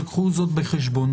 קחו זאת בחשבון.